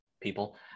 people